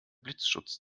blitzschutz